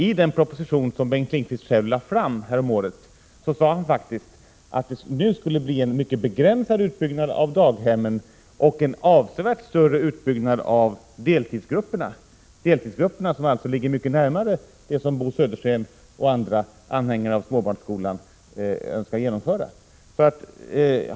I den proposition som Bengt Lindqvist själv lade fram häromåret sade han faktiskt att det nu skulle bli en mycket begränsad utbyggnad av daghemmen och en avsevärt större utbyggnad av deltidsgrupperna, de grupper som ligger mycket närmare det som Bo Södersten och andra anhängare av småbarnskolan önskar genomföra.